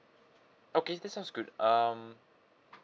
okay that sounds good um